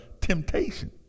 temptation